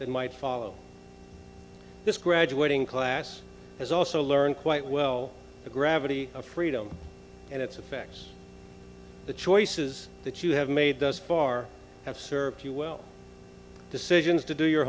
might follow this graduating class has also learned quite well the gravity of freedom and its effects the choices that you have made thus far have served you well decisions to do your